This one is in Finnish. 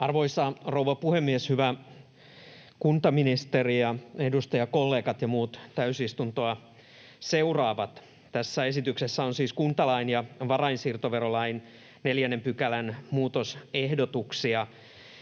Arvoisa rouva puhemies! Hyvä kuntaministeri, edustajakollegat ja muut täysistuntoa seuraavat! Tässä esityksessä on siis kuntalain ja varainsiirtoverolain 4 §:n muutosehdotuksia,